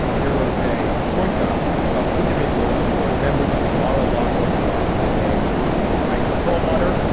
there was a troika of individuals who are members of the mar a lago club, and they included ike perlmutter,